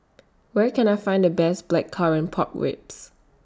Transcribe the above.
Where Can I Find The Best Blackcurrant Pork Ribs